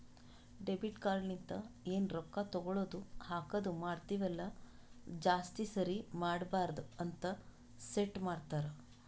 debit card ಲಿಂತ ಎನ್ ರೊಕ್ಕಾ ತಗೊಳದು ಹಾಕದ್ ಮಾಡ್ತಿವಿ ಅಲ್ಲ ಜಾಸ್ತಿ ಸರಿ ಮಾಡಬಾರದ ಅಂತ್ ಸೆಟ್ ಮಾಡ್ತಾರಾ